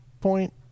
point